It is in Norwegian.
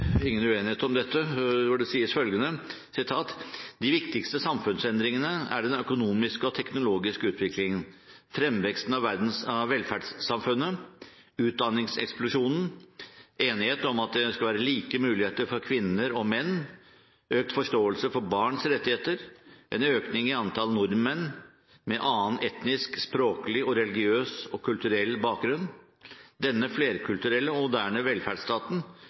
ingen uenighet om dette: «De viktigste samfunnsendringene er den økonomiske og teknologiske utvikling, fremveksten av velferdssamfunnet, utdanningseksplosjonen, enighet om at det skal være like muligheter for kvinner og menn, økt forståelse for barns rettigheter, og en økning i antall nordmenn med annen etnisk, språklig, religiøs og kulturell bakgrunn. Denne flerkulturelle og moderne velferdsstaten